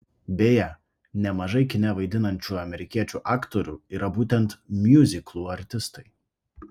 beje nemažai kine vaidinančių amerikiečių aktorių yra būtent miuziklų artistai